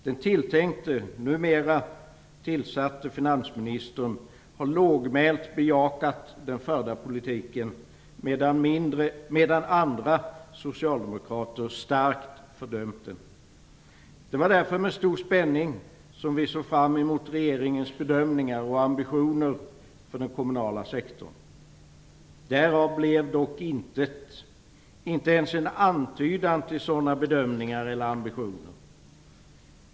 Den tilltänkte och numera tillsatte finansministern har lågmält bejakat den förda politiken, medan andra socialdemokrater starkt har fördömt den. Det var därför som vi med stor spänning som vi såg fram mot regeringens bedömningar av och ambitioner för den kommunala sektorn. Därav blev dock intet - det har inte varit ens en antydan till sådana bedömningar eller ambitioner.